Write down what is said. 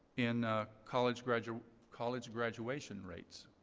in college graduation college graduation rates.